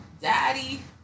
daddy